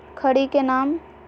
खड़ी के नाम?